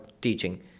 teaching